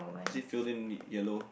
is it filled in yellow